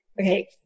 okay